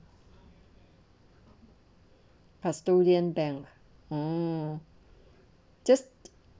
custodian bank oh just